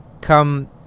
come